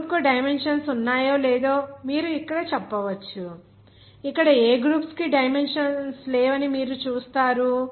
ఈ గ్రూప్ కు డైమెన్షన్స్ ఉన్నాయో లేదో మీరు ఇక్కడ చెప్పవచ్చు ఇక్కడ ఏ గ్రూప్స్ కు డైమెన్షన్స్ లేవని మీరు చూస్తారు